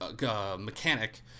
mechanic